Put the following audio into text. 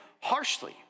harshly